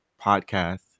podcast